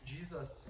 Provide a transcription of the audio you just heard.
Jesus